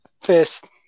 first